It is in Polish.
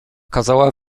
kazała